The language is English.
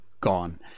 gone